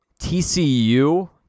TCU